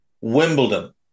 Wimbledon